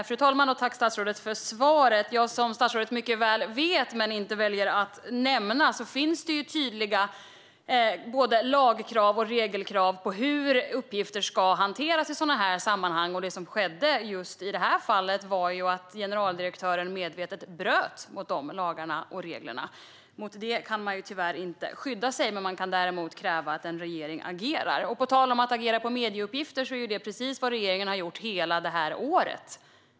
Fru talman! Jag tackar statsrådet för svaret. Som statsrådet mycket väl vet men väljer att inte nämna finns det tydliga lagkrav och regelkrav på hur uppgifter ska hanteras i sådana sammanhang. Det som skedde i det här fallet var att generaldirektören medvetet bröt mot de lagarna och reglerna. Mot det kan man tyvärr inte skydda sig, men man kan däremot kräva att en regering agerar. På tal om att agera på medieuppgifter; det är precis vad regeringen har gjort hela det här året.